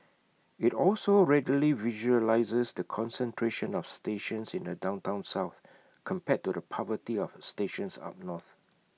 IT also readily visualises the concentration of stations in the downtown south compared to the poverty of stations up north